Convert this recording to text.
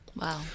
Wow